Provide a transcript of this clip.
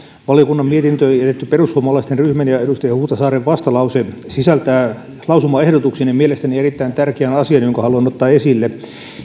valiokunnan mietintöön jätetty perussuomalaisten ryhmän ja edustaja huhtasaaren vastalause sisältää lausumaehdotuksen ja mielestäni erittäin tärkeän asian jonka haluan ottaa esille